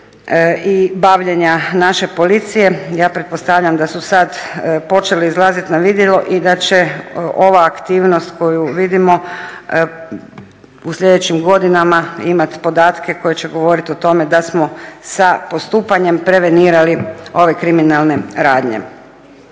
i bavljenja naše policije, ja pretpostavljam da su sad počeli izlazit na vidjelo i da će ova aktivnost koju vidimo u sljedećim godinama imati podatke koji će govorit o tome da smo sa postupanjem prevenirali ove kriminalne radnje.